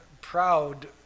proud